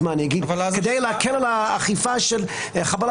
אז אני אגיד שכדי להקל על האכיפה של חבלה,